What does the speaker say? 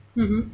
mmhmm